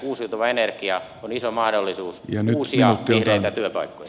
uusiutuva energia on iso mahdollisuus uusia vihreitä työpaikkoja